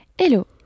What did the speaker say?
Hello